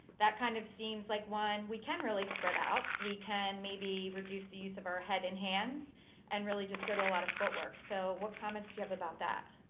that kind of seems like one we can really spread out. we can maybe reduce the use of our head and hands and really just go to a lot of footwork. so what comments do you have about that?